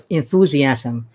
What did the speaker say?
enthusiasm